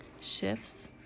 shifts